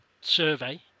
survey